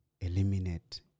eliminate